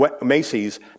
Macy's